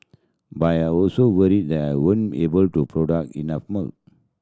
by I also worry that I won't able to product enough